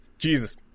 Jesus